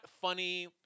funny